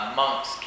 monks